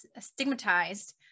stigmatized